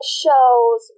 shows